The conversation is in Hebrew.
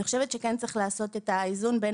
אני חושבת שכן צריך לעשות את האיזון בין